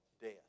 Death